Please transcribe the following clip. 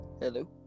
Hello